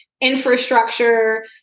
Infrastructure